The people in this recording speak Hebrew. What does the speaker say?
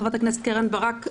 חברת הכנסת קרן ברק,